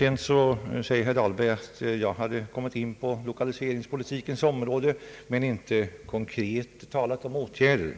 Herr Dahlberg sade också, att jag kommit in på lokaliseringspolitikens område men inte konkret talat om åtgärder.